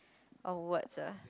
oh words ah